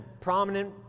prominent